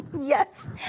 Yes